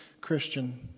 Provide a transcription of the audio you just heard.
Christian